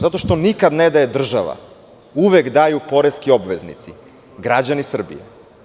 Zato što nikad ne daje država, uvek daju poreski obveznici, građani Srbije.